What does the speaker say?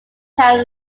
town